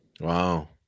Wow